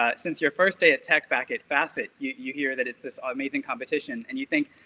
ah since your first day at tech back at facet, you hear that, it's this ah amazing competition and you think,